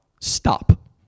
stop